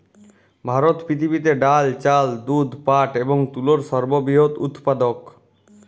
ভারত পৃথিবীতে ডাল, চাল, দুধ, পাট এবং তুলোর সর্ববৃহৎ উৎপাদক